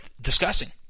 discussing